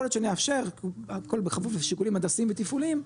יכול להיות שנאפשר הכל בכפוף לשיקולים הנדסיים ותפעוליים,